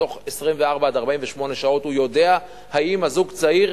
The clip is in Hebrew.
בתוך 24 48 שעות הוא יודע האם הזוג הצעיר,